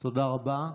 תודה רבה.